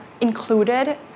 included